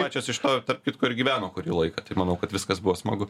pačios iš to tarp kitko ir gyveno kurį laiką tai manau kad viskas buvo smagu